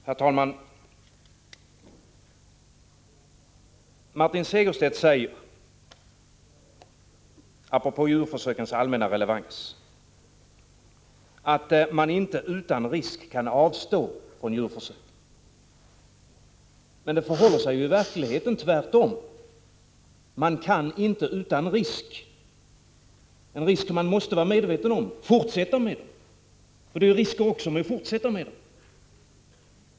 Herr talman! Martin Segerstedt säger, apropå djurförsökens allmänna relevans, att man inte utan risk kan avstå från djurförsök. Men det förhåller sig i verkligheten tvärtom. Man kan inte utan risk, en risk man måste vara medveten om, fortsätta med dem. Det är risker också med att fortsätta.